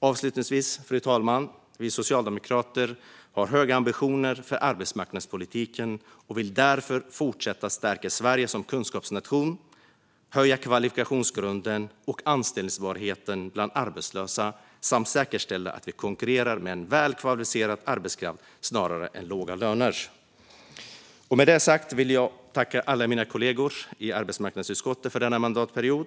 Avslutningsvis, fru talman, har vi socialdemokrater höga ambitioner för arbetsmarknadspolitiken och vill därför fortsätta att stärka Sverige som kunskapsnation, höja kvalifikationsgrunden och anställbarheten bland arbetslösa samt säkerställa att vi konkurrerar med en välkvalificerad arbetskraft snarare än låga löner. Med detta vill jag tacka alla mina kollegor i arbetsmarknadsutskottet för denna mandatperiod.